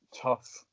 tough